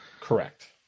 Correct